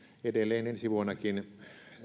edelleen ensi vuonnakin